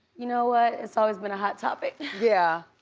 you know what it's always been a hot topic. yeah.